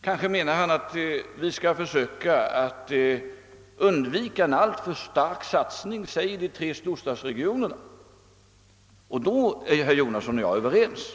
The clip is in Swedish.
Kanske menar han att vi skall försöka undvika en alltför stark satsning på de tre storstadsregionerna, och i så fall är herr Jonasson och jag överens.